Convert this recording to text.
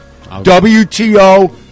WTO